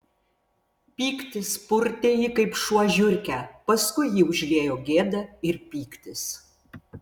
pyktis purtė jį kaip šuo žiurkę paskui jį užliejo gėda ir pyktis